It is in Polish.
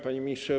Panie Ministrze!